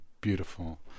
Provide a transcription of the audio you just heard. beautiful